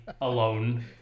alone